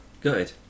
Good